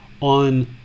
on